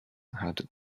had